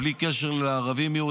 בלי קשר לערבים-יהודים.